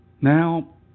now